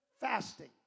fasting